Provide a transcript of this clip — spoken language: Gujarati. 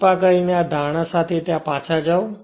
કૃપા કરીને આ ધારણા સાથે ત્યાં પાછા જાઓ